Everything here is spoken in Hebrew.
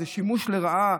זה שימוש לרעה,